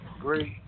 great